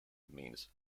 means